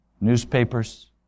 newspapers